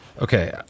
Okay